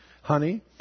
honey